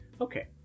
Okay